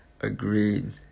agreed